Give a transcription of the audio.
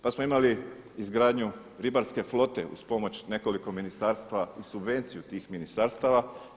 Pa smo imali izgradnju ribarske flote uz pomoć nekoliko ministarstava i subvenciju tih ministarstava.